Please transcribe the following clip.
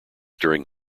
during